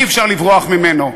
אי-אפשר לברוח ממנו.